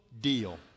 deal